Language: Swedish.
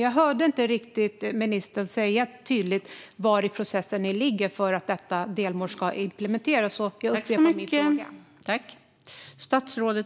Jag hörde dock inte ministern säga tydligt var i processen man ligger för att detta delmål ska implementeras, så jag upprepar min fråga.